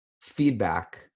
feedback